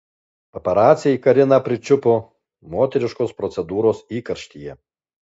paparaciai kariną pričiupo moteriškos procedūros įkarštyje